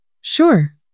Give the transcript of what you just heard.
Sure